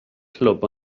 clwb